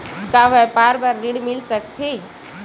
का व्यापार बर ऋण मिल सकथे?